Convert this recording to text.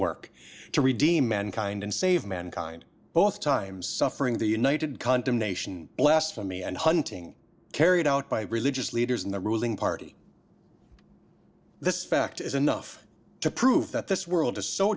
work to redeem mankind and save mankind both time suffering the united condemnation blasphemy and hunting carried out by religious leaders in the ruling party this effect is enough to prove that this world is so